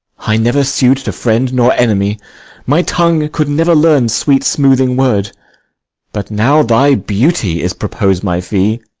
i never su'd to friend nor enemy my tongue could never learn sweet smoothing word but, now thy beauty is propos'd my fee,